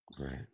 Right